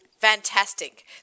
Fantastic